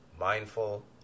mindful